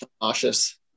nauseous